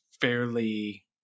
fairly